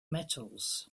metals